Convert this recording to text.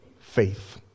faith